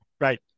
Right